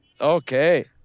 Okay